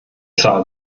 zahl